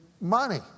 money